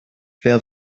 wer